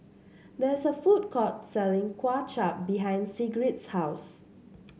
there is a food court selling Kuay Chap behind Sigrid's house